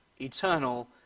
eternal